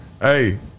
Hey